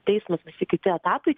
teismas visi kiti etapai